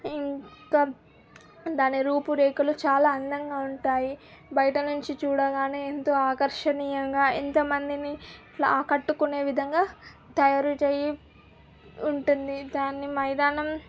ఇంకా దాని రూపురేఖలు చాలా అందంగా ఉంటాయి బయట నుంచి చూడగానే ఎంతో ఆకర్షణీయంగా ఎంత మందిని ఇలా ఆకట్టుకునే విధంగా తయారుచేయి ఉంటుంది దాని మైదానం